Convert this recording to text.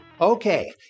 Okay